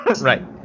Right